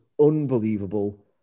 unbelievable